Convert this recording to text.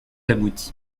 abouti